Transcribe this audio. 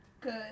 Good